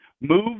move